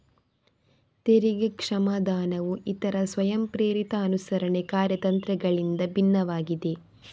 ತೆರಿಗೆ ಕ್ಷಮಾದಾನವು ಇತರ ಸ್ವಯಂಪ್ರೇರಿತ ಅನುಸರಣೆ ಕಾರ್ಯತಂತ್ರಗಳಿಗಿಂತ ಭಿನ್ನವಾಗಿದೆ